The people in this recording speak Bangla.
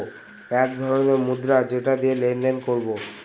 এক রকমের মুদ্রা যেটা দিয়ে লেনদেন করবো